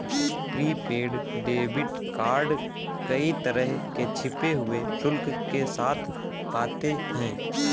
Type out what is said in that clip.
prepaid debit card कई तरह के छिपे हुए शुल्क के साथ आते हैं